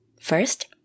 first